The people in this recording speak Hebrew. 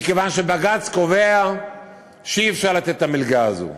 מכיוון שבג"ץ קובע שאי-אפשר לתת את המלגה הזו.